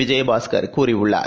விஜயபாஸ்கர் கூறியுள்ளார்